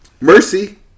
Mercy